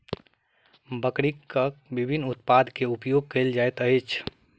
बकरीक विभिन्न उत्पाद के उपयोग कयल जाइत अछि